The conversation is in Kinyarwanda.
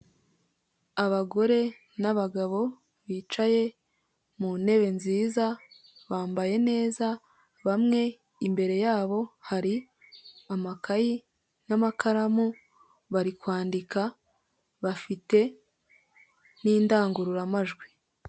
Abagore n'abagabo bicaye mu ntebe nziza bambaye neza, bamwe imbere yabo hari amakayi n'amakaramu bari kwandika bafite n'indangururamajwi.